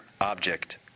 object